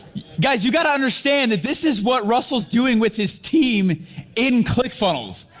guys you gotta understand that this is what russel's doing with his team in clickfunnels,